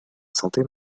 santé